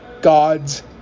God's